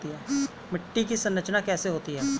मिट्टी की संरचना कैसे होती है?